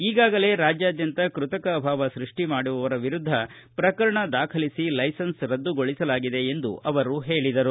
ಈಗಾಗಲೇ ರಾಜ್ಯಾದ್ಯಂತ ಕೃತಕ ಅಭಾವ ಸೃಷ್ಠಿ ಮಾಡುವವರ ವಿರುದ್ದ ಪ್ರಕರಣ ದಾಖಲಿಸಿ ಲೈಸೆನ್ಸ್ ರದ್ದುಗೊಳಿಸಲಾಗಿದೆ ಎಂದು ಅವರು ಹೇಳಿದರು